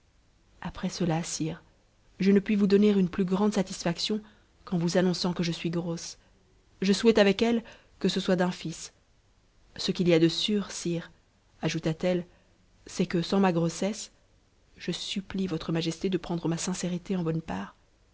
après cela sire je ne puis vous donner une plus grande satisfaction qu'en vous annonçant que je suis grosse je souhaite avec elle que ce soit d'un fils ce qu'il y a de sûr sire ajouta-t-elle c'est que sans ma grossesse je supplie votre majesté de prendre ma sincérité eu bonne part